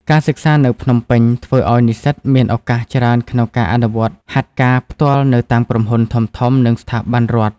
ការសិក្សានៅភ្នំពេញធ្វើឱ្យនិស្សិតមានឱកាសច្រើនក្នុងការអនុវត្តហាត់ការផ្ទាល់នៅតាមក្រុមហ៊ុនធំៗ និងស្ថាប័នរដ្ឋ។